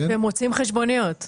הם מוציאים חשבוניות.